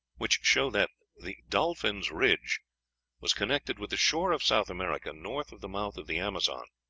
which show that the dolphin's ridge was connected with the shore of south america north of the mouth of the amazon.